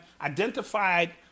identified